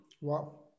wow